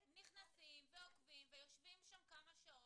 נכנסים, עוקבים, יושבים שם כמה שעות.